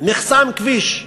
נחסם כביש,